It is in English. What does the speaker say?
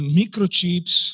microchips